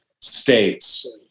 states